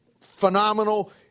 phenomenal